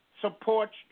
Supports